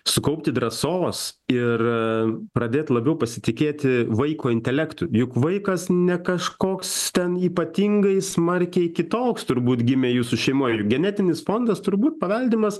sukaupti drąsos ir pradėt labiau pasitikėti vaiko intelektu juk vaikas ne kažkoks ten ypatingai smarkiai kitoks turbūt gimė jūsų šeimoj genetinis fondas turbūt paveldimas